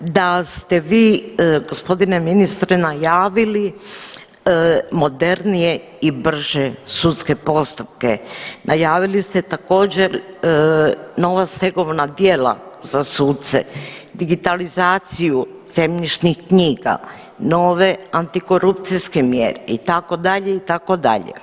Da ste vi g. ministre najavili modernije i brže sudske postupke, najavili ste također nova stegovna djela za suce, digitalizaciju zemljišnih knjiga, nove antikorupcijske mjere itd., itd.